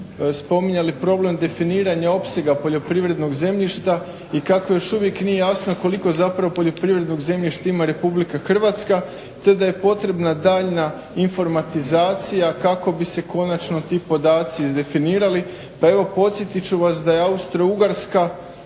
spominjali problem definiranja opsega poljoprivrednog zemljišta i kako još uvijek nije jasno koliko zapravo poljoprivrednog zemljišta ima RH te da je potrebna daljnja informatizacija kako bi se konačno ti podaci izdefinirali. Pa evo podsjetit ću vas da je Austrougarska